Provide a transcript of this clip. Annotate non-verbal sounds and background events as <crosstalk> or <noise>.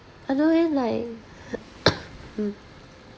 I know him like <coughs>